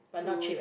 to